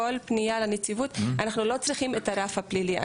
כל פנייה לנציבות אנחנו לא צריכים את הרף הפלילי.